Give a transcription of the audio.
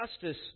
justice